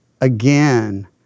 again